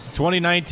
2019